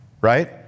right